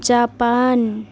Japan